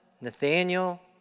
Nathaniel